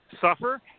suffer